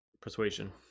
Persuasion